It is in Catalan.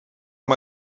amb